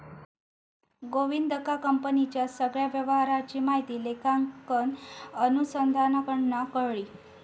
गोविंदका कंपनीच्या सगळ्या व्यवहाराची माहिती लेखांकन अनुसंधानाकडना कळली